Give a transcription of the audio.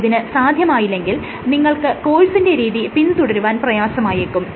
ഇതിന് സാധ്യമായില്ലെങ്കിൽ നിങ്ങൾക്ക് കോഴ്സിന്റെ രീതി പിന്തുടരുവാൻ പ്രയാസമായേക്കും